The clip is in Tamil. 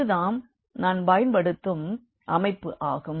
இது தான் நாம் பயன்படுத்தும் அமைப்பு ஆகும்